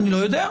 אני לא יודע.